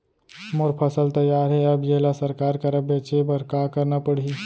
मोर फसल तैयार हे अब येला सरकार करा बेचे बर का करना पड़ही?